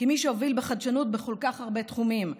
כמי שהובילו בחדשנות בכל כך הרבה תחומים,